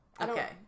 Okay